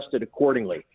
accordingly